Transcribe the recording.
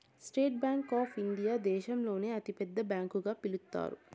state bank of India దేశంలోనే అతి పెద్ద బ్యాంకు గా పిలుత్తారు